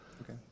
Okay